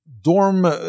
dorm